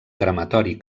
crematori